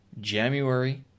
January